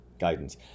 guidance